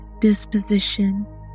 disposition